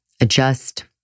adjust